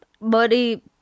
body